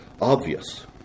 obvious